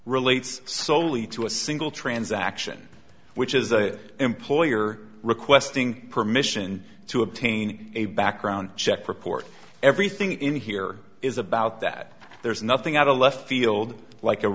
relates soley to a single transaction which is the employer requesting permission to obtain a background check report everything in here is about that there's nothing out of left field like a